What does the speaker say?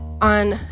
On